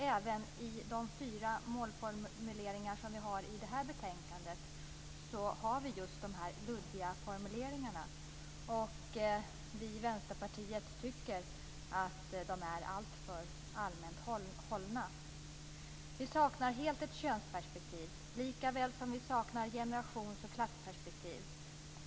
Även i de fyra målformuleringar som vi har i det här betänkandet finns de luddiga formuleringarna. Vi i Vänsterpartiet tycker att de är alltför allmänt hållna. Vi saknar helt ett könsperspektiv likaväl som vi saknar ett generations och klassperspektiv.